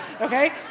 Okay